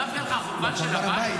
לא מפריע לך החורבן של הבית?